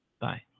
Bye